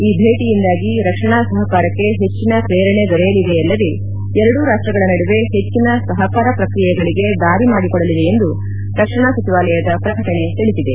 ಈ ಭೇಟಿಯಿಂದಾಗಿ ರಕ್ಷಣಾ ಸಹಕಾರಕ್ಕೆ ಹೆಚ್ಚಿನ ಪ್ರೇರಣೆ ದೊರೆಯಲಿದೆಯಲ್ಲದೇ ಎರಡೂ ರಾಷ್ಟಗಳ ನಡುವೆ ಹೆಚ್ಚಿನ ಸಹಕಾರ ಪ್ರಕ್ರಿಯೆಗಳಿಗೆ ದಾರಿ ಮಾಡಿಕೊಡಲಿದೆ ಎಂದು ರಕ್ಷಣಾ ಸಚಿವಾಲಯದ ಪ್ರಕಟಣೆ ತಿಳಿಸಿದೆ